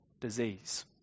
disease